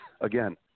Again